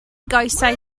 goesau